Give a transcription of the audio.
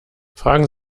fragen